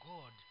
God